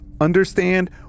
Understand